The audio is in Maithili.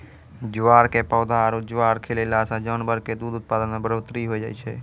ज्वार के पौधा आरो ज्वार खिलैला सॅ जानवर के दूध उत्पादन मॅ बढ़ोतरी होय छै